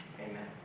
Amen